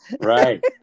Right